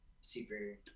Super